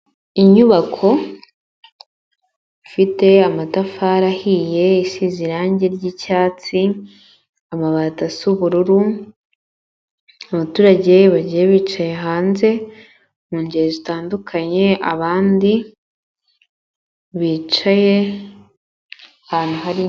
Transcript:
Inyubako ifite amatafari ahiye isize irangi ry'icyatsi amabati asa ubururu, abaturage bagiye bicaye hanze mu ngeri zitandukanye abandi bicaye ahantu hari...